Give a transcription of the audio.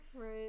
right